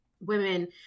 Women